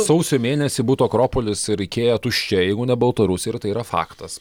sausio mėnesį būtų akropolis ir ikea tuščia jeigu ne baltarusiai ir tai yra faktas